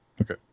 Okay